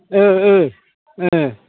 ओं ओं ओं